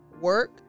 work